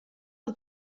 del